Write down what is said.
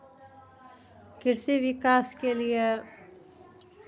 कृषि विकासके लिए